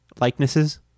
likenesses